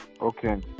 Okay